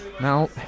Now